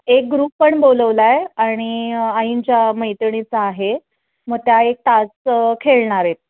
एक ग्रुप पण बोलवला आहे आणि आईंच्या मैत्रिणीचा आहे मग त्या एक तास खेळणार आहेत